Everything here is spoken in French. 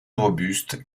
robuste